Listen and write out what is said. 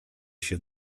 się